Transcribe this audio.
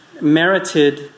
merited